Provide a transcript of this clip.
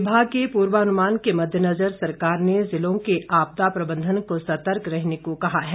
विभाग के पूर्वानुमान के मददेनजर सरकार ने ज़िलों के आपदा प्रबंधन को सतर्क रहने को कहा है